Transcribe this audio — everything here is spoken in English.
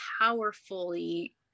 powerfully